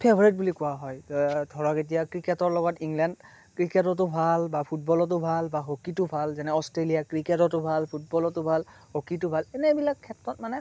favourite বুলি কোৱা হয় ধৰক এতিয়া ক্ৰিকেটৰ লগত ইংলেণ্ড ক্ৰিকেটতো ভাল বা ফুটবলতো ভাল বা হকীতো ভাল যেনে অষ্ট্ৰেলিয়া ক্ৰিকেটতো ভাল ফুটবলতো ভাল হকীতো ভাল এনেবিলাক ক্ষেত্ৰত মানে